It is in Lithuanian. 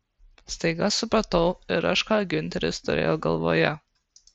staiga supratau ir aš ką giunteris turėjo galvoje